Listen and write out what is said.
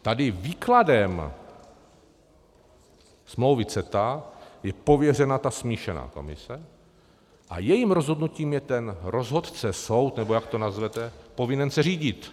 Tady výkladem smlouvy CETA je pověřena ta smíšená komise a jejím rozhodnutím je ten rozhodce, soud, nebo jak to nazvete, povinen se řídit.